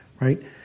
right